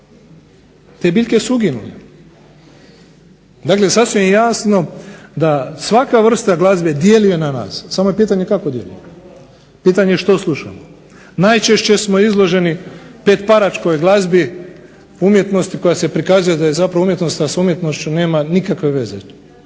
te biljke su uginule. Dakle, sasvim je jasno da svaka vrsta glazbe djeluje na nas, samo je pitanje kako djeluje, pitanje je što slušamo. Najčešće smo izloženo petparačkoj glazbi umjetnosti koja se prikazuje da je umjetnost, a s umjetnošću nema nikakve veze.